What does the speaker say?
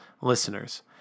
listeners